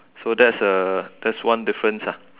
so that's a that's one difference ah